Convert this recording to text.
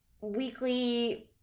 weekly